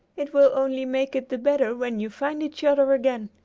it will only make it the better when you find each other again.